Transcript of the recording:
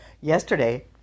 yesterday